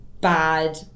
bad